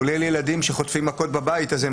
כולל ילדים שחוטפים מכות בבית ואז הם